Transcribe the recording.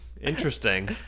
interesting